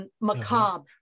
Macabre